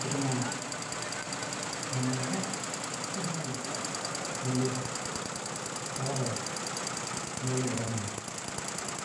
cika nyangu baningangina dak sai indaga min lallai fa chawara ner wu gra wo ningan na